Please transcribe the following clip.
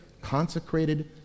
consecrated